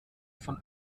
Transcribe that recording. von